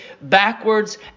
backwards